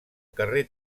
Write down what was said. carrer